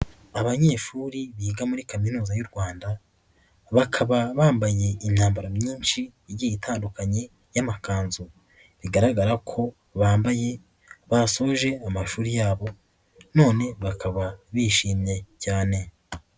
Abanyeshuri biga muri Kaminuza y'u Rwanda, bakaba bambaye inyambaro myinshi igiye itandukanye y'amakanzu, bigaragara ko bambaye basoje amashuri yabo none bakaba bishimye cyane.